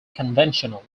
conventional